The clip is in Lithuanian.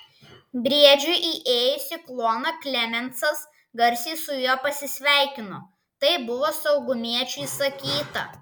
briedžiui įėjus į kluoną klemensas garsiai su juo pasisveikino taip buvo saugumiečių įsakyta